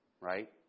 Right